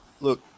look